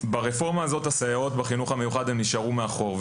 ברפורמה הזאת הסייעות בחינוך המיוחד נשארו מאחור,